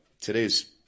today's